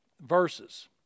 verses